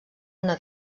una